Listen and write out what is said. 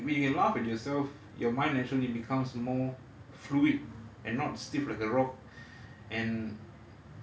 and it's when you're when you can laugh at yourself your mind naturally becomes more fluid and not stiff like a rock